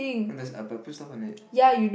but there's but I put stuff on it